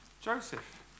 Joseph